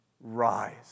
rise